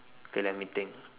K let me think